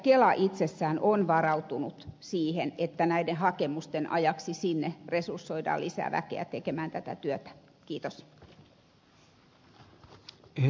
kela itsessään on varautunut siihen että näiden hakemusten ajaksi sinne resursoidaan lisää väkeä tekemään tätä työtä